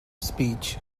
speech